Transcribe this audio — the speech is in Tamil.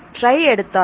ட்ரை எடுத்தால்